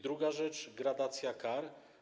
Druga rzecz to gradacja kar.